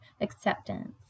acceptance